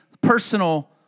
personal